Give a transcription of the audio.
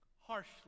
harshly